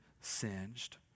singed